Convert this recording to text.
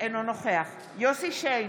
אינו נוכח יוסף שיין,